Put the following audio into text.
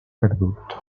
perdut